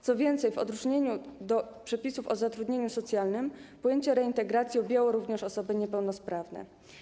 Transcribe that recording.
Co więcej, w odróżnieniu od przepisów o zatrudnieniu socjalnym pojęcie reintegracji objęło również osoby niepełnosprawne.